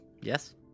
Yes